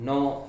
No